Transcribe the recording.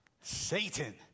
Satan